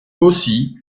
aussi